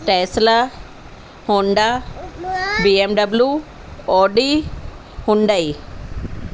Tesla Honda BMW Audi Hyundai